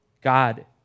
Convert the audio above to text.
God